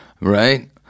Right